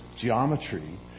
geometry